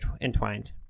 entwined